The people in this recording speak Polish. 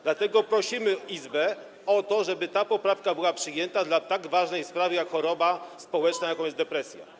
Dlatego prosimy Izbę o to, żeby ta poprawka była przyjęta dla tak ważnej sprawy jak choroba społeczna, jaką jest depresja.